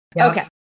Okay